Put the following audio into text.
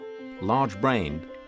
large-brained